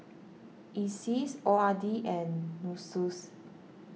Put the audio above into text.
Iseas O R D and Nussu